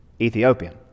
Ethiopian